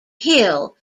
hill